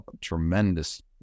tremendous